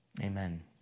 amen